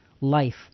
life